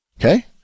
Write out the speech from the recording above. Okay